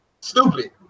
stupid